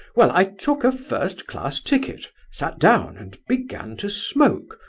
well, i took a first-class ticket, sat down, and began to smoke,